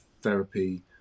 therapy